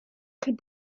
prit